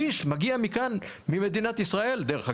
שליש מגיע מכאן, ממדינת ישראל, דרך אגב.